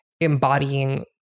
embodying